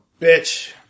bitch